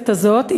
בכנסת הזאת,